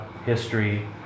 history